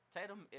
Tatum